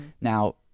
Now